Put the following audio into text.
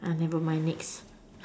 never mind next